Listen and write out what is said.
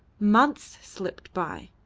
months slipped by,